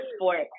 sport